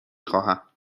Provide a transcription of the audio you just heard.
خواهم